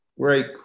Great